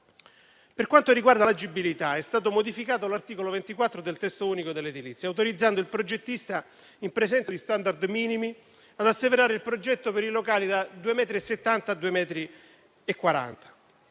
Per quanto riguarda l'agibilità, è stato modificato l'articolo 24 del testo unico dell'edilizia, autorizzando il progettista, in presenza di *standard* minimi, ad asseverare il progetto per i locali di altezza da 2,70 a